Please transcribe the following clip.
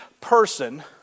person